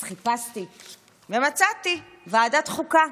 אז חיפשתי ומצאתי: ועדת החוקה.